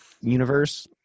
universe